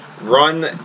run